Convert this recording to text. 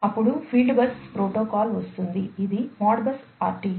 అప్పుడు field bus protocol వస్తుంది ఇది మోడ్బస్ RTU